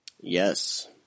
Yes